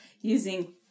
using